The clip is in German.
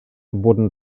wurden